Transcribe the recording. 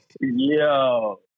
yo